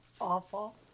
Awful